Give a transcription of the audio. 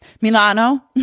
milano